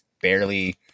barely